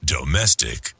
Domestic